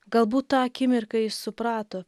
galbūt tą akimirką jis suprato